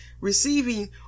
Receiving